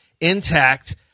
intact